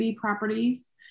Properties